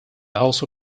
also